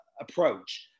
approach